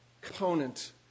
component